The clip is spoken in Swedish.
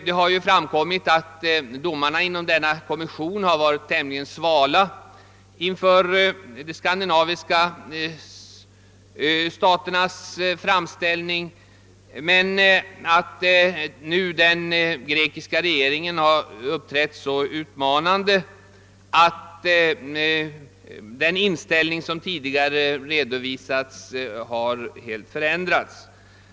Det har ju framkommit att domarna inom denna kommission varit tämligen svala inför de skandinaviska staternas framställning men att den grekiska regeringen nu uppträtt så utmanande att kommissionens inställning helt förändrats.